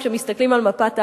כשמסתכלים על מפת הארץ,